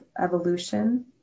evolution